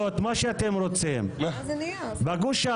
אז הם מוצאים איזה נושא להסיט אליו את סדר-היום הציבורי.